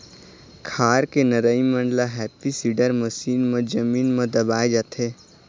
खार के नरई मन ल हैपी सीडर मसीन म जमीन म दबाए जाथे